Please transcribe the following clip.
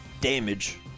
damage